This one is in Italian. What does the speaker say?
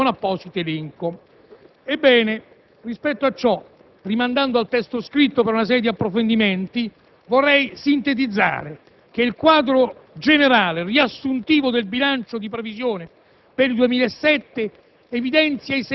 le cosiddette spese obbligatorie e d'ordine con apposito elenco. Ebbene, rispetto a ciò, rimandando al testo scritto per una serie di approfondimenti, vorrei sintetizzare che il quadro generale riassuntivo del bilancio di previsione